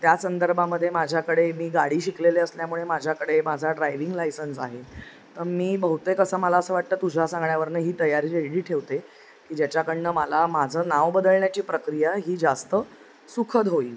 त्या संदर्भामदे माझ्याकडे मी गाडी शिकलेली असल्यामुळे माझ्याकडे माझा ड्रायविंग लायसन्स आहे तं मी बहुते कसं मला असं वाटतं तुझ्या सांगण्यावरनं ही तयारी एर्डी ठेवते की ज्याच्याकडनं मला माझं नाव बदळण्याची प्रक्रिया ही जास्त सुखद होईल